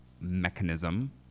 mechanism